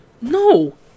No